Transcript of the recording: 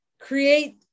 create